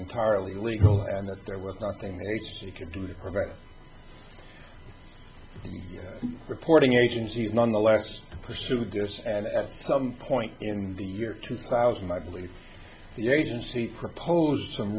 entirely legal and that there was nothing he could do to prevent reporting agencies nonetheless pursued this and at some point in the year two thousand i believe the agency proposed some